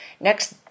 Next